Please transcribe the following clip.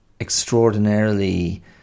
extraordinarily